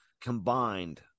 combined